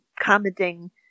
commenting